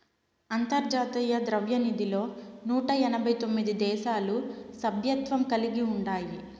అంతర్జాతీయ ద్రవ్యనిధిలో నూట ఎనబై తొమిది దేశాలు సభ్యత్వం కలిగి ఉండాయి